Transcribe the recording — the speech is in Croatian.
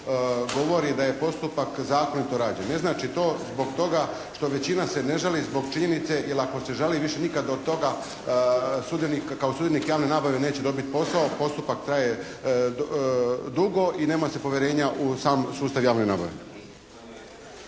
govori da je postupak zakonito rađen. Ne znači to zbog toga što većina se ne žali zbog činjenice, jer ako se žali više nikad od toga kao sudionik javne nabave neće dobiti posao. Postupak traje dugo i nema se povjerenja u sam sustav javne nabave.